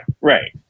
right